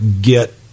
get